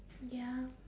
ya